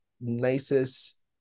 nicest